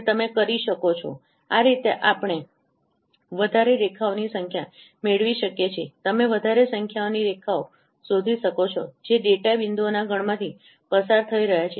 અને તમે કરી શકો છો આ રીતે આપણે વધારે રેખાઓની સંખ્યા મેળવી શકીએ છીએ તમે વધારે સંખ્યાની રેખાઓ શોધી શકો છો કે જે તે ડેટા બિંદુઓના ગણમાંથી પસાર થઈ રહ્યા છે